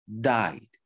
died